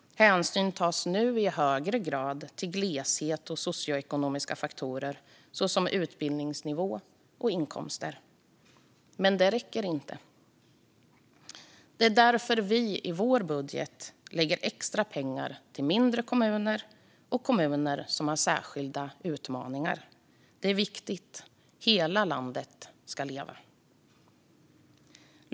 Hänsyn tas nu i högre grad till gleshet och socioekonomiska faktorer såsom utbildningsnivå och inkomster. Men det räcker inte. Det är därför vi i vår budget lägger extra pengar till mindre kommuner och kommuner som har särskilda utmaningar. Det är viktigt för att hela landet ska leva.